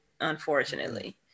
unfortunately